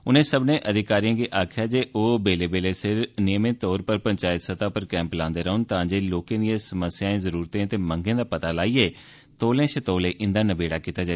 उनें सब्मनें अधिकारियें गी आक्खेआ जे ओह् बेल्लें बेल्लें सिर पंचायत स्तह उप्पर कैंप लांदे रौह्न तां जे लोकें दियें समस्याएं जरूरतें ते मंगें दा पता लाईयै तौले षा तौले इन्दा नबेड़ा कीता जा